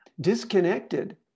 disconnected